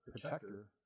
protector